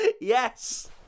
Yes